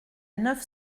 neuf